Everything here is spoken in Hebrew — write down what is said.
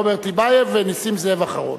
רוברט טיבייב ונסים זאב אחרון.